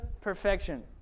perfection